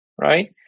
Right